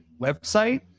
website